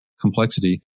complexity